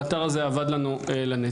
האתר הזה אבד לנו לנצח.